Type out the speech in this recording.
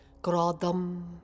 Gradam